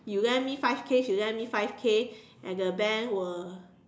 you lend me five K she lend me five K and the bank will